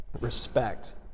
respect